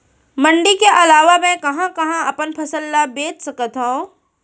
मण्डी के अलावा मैं कहाँ कहाँ अपन फसल ला बेच सकत हँव?